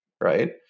Right